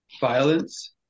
Violence